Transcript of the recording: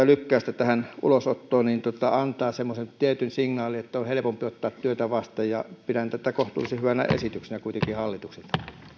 lykkäystä ulosottoon antaa semmoisen tietyn signaalin että on helpompi ottaa työtä vastaan pidän tätä kohtuullisen hyvänä esityksenä hallitukselta